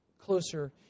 closer